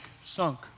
sunk